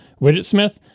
WidgetSmith